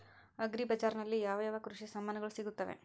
Agri ಬಜಾರಿನಲ್ಲಿ ಯಾವ ಯಾವ ಕೃಷಿಯ ಸಾಮಾನುಗಳು ಸಿಗುತ್ತವೆ?